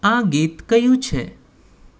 આ ગીત કયું છે